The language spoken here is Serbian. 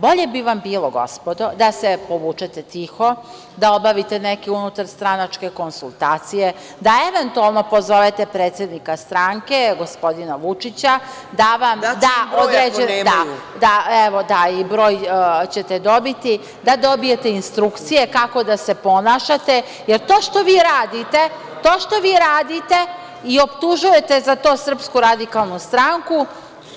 Bolje bi vam bilo, gospodo, da se povučete tiho, da obavite neki unutar stranačke konsultacije, da eventualno pozovete predsednika stranke, gospodina Vučića, da vam da određene, da, broj ćete dobiti, instrukcije kako se ponašate, jer to što vi radite i optužujete za to SRS